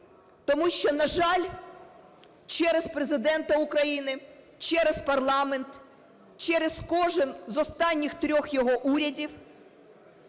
Тому що, на жаль, через Президента України, через парламент, через кожен з останніх трьох його урядів